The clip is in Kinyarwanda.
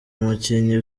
mukinnyi